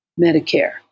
Medicare